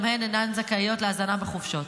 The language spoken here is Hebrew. גם הן אינן זכאיות להזנה בחופשות.